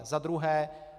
Za druhé.